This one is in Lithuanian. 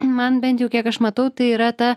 man bent jau kiek aš matau tai yra ta